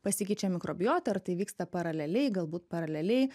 pasikeičia mikrobiota ar tai vyksta paraleliai galbūt paraleliai